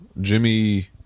Jimmy